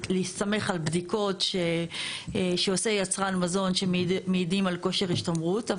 להסתמך על בדיקות שעושה יצרן מזון שמעידים על כושר השתמרות.